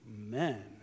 Amen